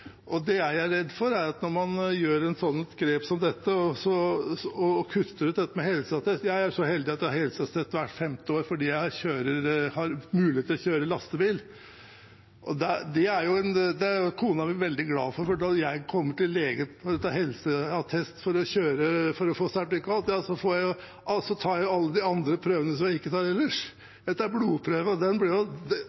vært borti. Jeg er så heldig at jeg får helseattest hvert femte år fordi jeg har mulighet til å kjøre lastebil. Det er kona mi veldig glad for, for når jeg kommer til legen for å få helseattest for sertifikat, tar jeg alle de prøvene jeg ikke tar ellers.